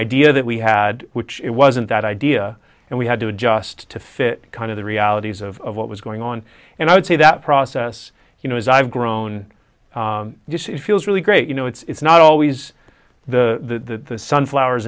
idea that we had which it wasn't that idea and we had to adjust to fit kind of the realities of what was going on and i would say that process you know as i've grown feels really great you know it's not always the sunflowers